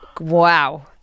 wow